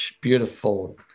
beautiful